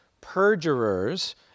perjurers